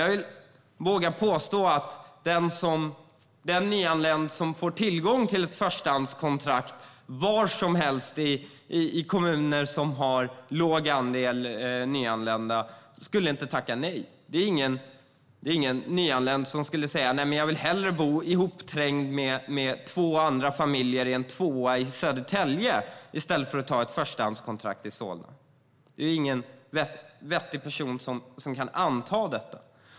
Jag vågar påstå att nyanlända som skulle få tillgång till ett förstahandskontrakt i vilken kommun som helst med låg andel nyanlända inte skulle tacka nej. Ingen nyanländ skulle säga: Nej, jag vill hellre bo ihopträngd med två andra familjer i en tvåa i Södertälje i stället för att ta emot ett förstahandskontrakt i Solna. Ingen vettig person kan anta det.